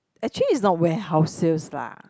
actually it's not warehouse sales lah